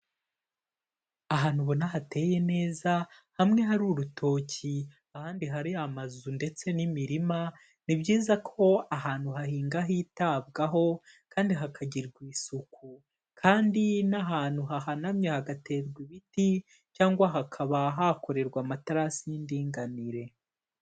Ahantu ubona hateye neza hamwe hari urutoki ahandi hari amazu ndetse n'imirima. Ni byiza ko ahantu hahinga hitabwaho kandi hakagirwa isuku, kandi n'ahantu hahanamye hagaterwa ibiti, cyangwa hakaba hakorerwa amaterasi y'indinganire.